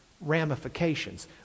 ramifications